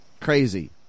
Crazy